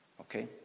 Okay